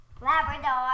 Labrador